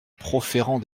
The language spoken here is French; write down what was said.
proférant